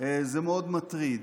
זה מאוד מטריד.